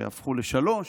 שהפכו לשלוש,